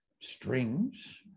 strings